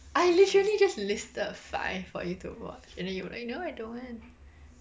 I literally just listed five for you to watch and then you were like no I don't want